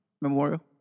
Memorial